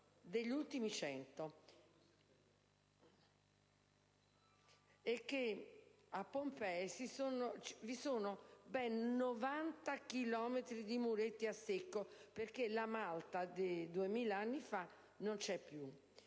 degli ultimi 100 e che a Pompei vi sono ben 90 chilometri di muretti a secco, perché la malta di 2.000 anni fa non c'è più.